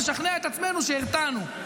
לשכנע את עצמנו שהרתענו,